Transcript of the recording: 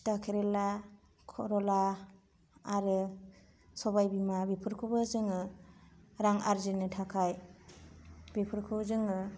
थिता खेरेला खरला आरो सबाय बिमा बेफोरखौबो जोङो रां आर्जिनो थाखाय बिफोरखौ जोङो